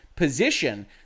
position